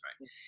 Right